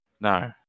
no